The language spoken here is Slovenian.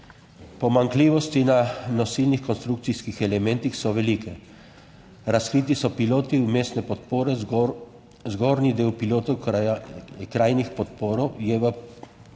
Pomanjkljivosti na nosilnih konstrukcijskih elementih so velike, razkriti so piloti vmesne podpore, zgor..., zgornji del pilotov krajnih podporo je v